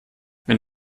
wenn